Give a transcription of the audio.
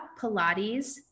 pilates